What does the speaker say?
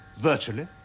Virtually